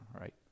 right